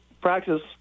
practice